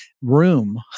room